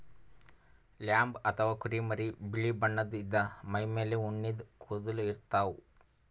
lamb ಅಥವಾ ಕುರಿಮರಿ ಬಿಳಿ ಬಣ್ಣದ್ ಇದ್ದ್ ಮೈಮೇಲ್ ಉಣ್ಣಿದ್ ಕೂದಲ ಇರ್ತವ್